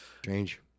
Strange